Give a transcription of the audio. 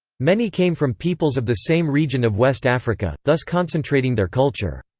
many came from peoples of the same region of west africa, thus concentrating their culture.